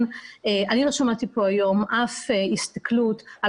אני לא שמעתי פה היום אף הסתכלות על